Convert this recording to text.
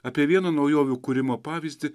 apie vieną naujovių kūrimo pavyzdį